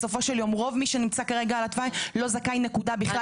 בסופו של יום רוב מי שנמצא כרגע על התוואי לא זכאי בכלל,